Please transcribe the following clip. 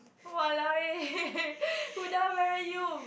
!walao! eh Huda where are you